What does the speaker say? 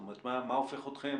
זאת אומרת, מה הופך אתכם